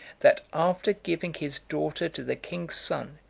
that, after giving his daughter to the king's son,